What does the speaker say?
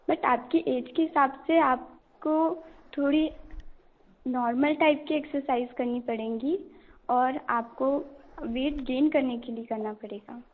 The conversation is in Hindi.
बट आपकी एज के हिसाब से आपको थोड़ी नॉर्मल टाइप की एक्साइज़ करनी पड़ेंगी और आपको वेट गेन करने के लिए करना पड़ेगा